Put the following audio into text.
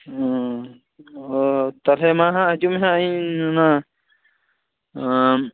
ᱩᱸ ᱚᱻ ᱛᱟᱦᱚᱞᱮ ᱢᱟ ᱦᱟᱸᱜ ᱦᱤᱡᱩᱜ ᱢᱮ ᱦᱟᱜ ᱤᱧ ᱚᱱᱟ ᱟᱸ